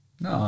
No